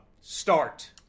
Start